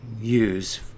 use